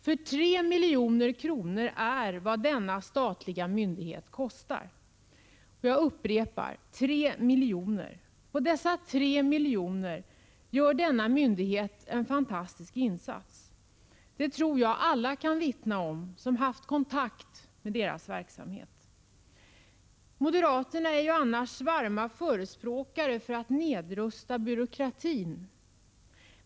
För 3 miljoner är vad denna statliga myndighet kostar. Jag upprepar: 3 miljoner. För dessa 3 miljoner gör denna myndighet en fantastisk insats. Det tror jag alla kan vittna om som haft kontakt med rådet. Moderaterna är annars varma förespråkare för att nedrusta byråkratin.